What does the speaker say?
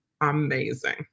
amazing